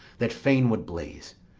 that fain would blaze,